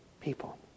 people